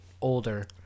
older